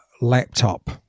laptop